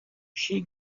she